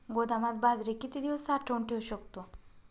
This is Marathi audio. गोदामात बाजरी किती दिवस साठवून ठेवू शकतो?